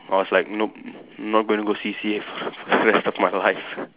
I was like nope not going to go C_C_A for the rest of my life